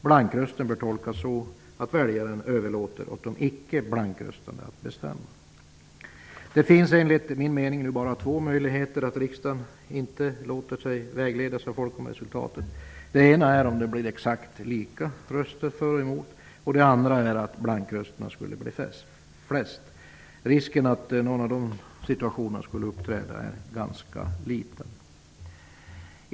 Blankrösten bör tolkas så att väljaren överlåter åt de icke blankröstande att bestämma. Det finns enligt min mening nu bara två situationer som skulle medföra att riksdagen inte låter sig vägledas av folkomröstningsresultatet. Den ena är om det blir exakt samma antal röster för eller emot ett medlemskap. Den andra är att blankrösterna skulle bli flest. Risken för att någon av de situationerna skulle uppträda är ganska liten.